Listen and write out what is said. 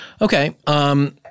Okay